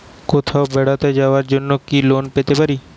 কোথাও বেড়াতে যাওয়ার জন্য কি লোন পেতে পারি?